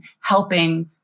helping